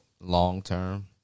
long-term